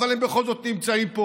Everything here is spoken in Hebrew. אבל הם בכל זאת נמצאים פה.